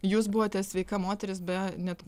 jūs buvote sveika moteris be net